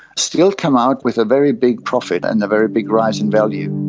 still come out with a very big profit and a very big rise in value.